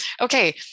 okay